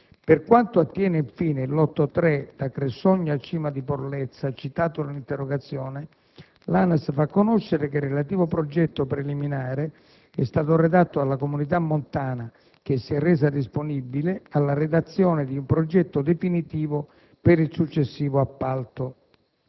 Per quanto attiene infine il lotto 3, da Cressogno a Cima di Porlezza, citato nell'interrogazione, l'ANAS fa conoscere che il relativo progetto preliminare è stato redatto dalla comunità montana che si è resa disponibile alla redazione di un progetto definitivo per il successivo appalto.